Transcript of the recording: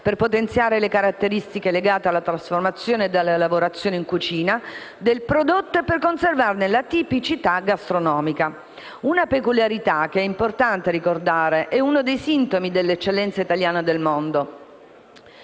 per potenziare le caratteristiche legate alla trasformazione della lavorazione in cucina del prodotto e per conservarne la tipicità gastronomica. Si tratta di una peculiarità che è importante ricordare ed è uno dei sintomi delle eccellenze italiane nel mondo.